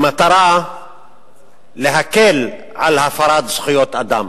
במטרה להקל על הפרת זכויות אדם,